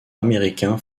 américain